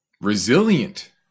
resilient